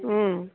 હં